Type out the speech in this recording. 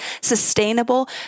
sustainable